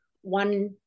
one